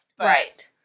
Right